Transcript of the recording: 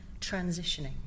transitioning